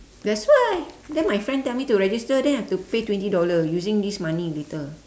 that's why then my friend tell me to register then I have to pay twenty dollar using this money later